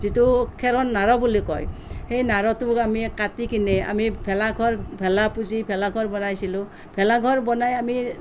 যিটো খেৰৰ নাৰ বুলি কয় সেই নাৰটোক আমি কাটি কিনে আমি ভেলাঘৰ ভেলাপুঁজি ভেলাঘৰ বনাইছিলোঁ ভেলাঘৰ বনাই আমি